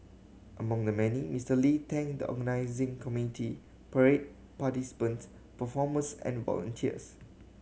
among the many Mister Lee thanked the organising committee parade participants performers and volunteers